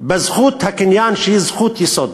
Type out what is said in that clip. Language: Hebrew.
בזכות הקניין, שהיא זכות יסוד.